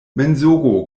mensogo